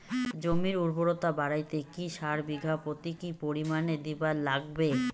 জমির উর্বরতা বাড়াইতে কি সার বিঘা প্রতি কি পরিমাণে দিবার লাগবে?